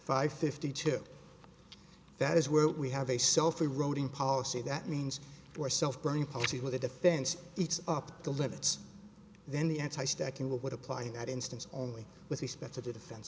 five fifty two that is where we have a self eroding policy that means your self burning policy with the defense eats up the limits then the anti stacking would apply in that instance only with respect to the defense